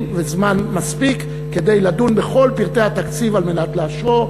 וזמן מספיק כדי לדון בכל פרטי התקציב על מנת לאשרו.